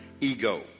Ego